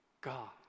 God